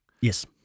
Yes